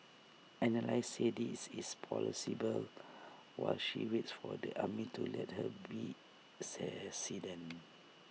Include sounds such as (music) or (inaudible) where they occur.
analysts say this is plausible while she waits for the army to let her be (unintelligible)